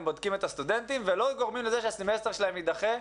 בודקים את הסטודנטים ולא גורמים לזה שהסמסטר שלהם ידחה.